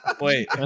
Wait